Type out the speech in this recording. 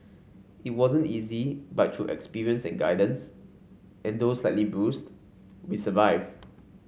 it wasn't easy but through experience and guidance and though slightly bruised we survive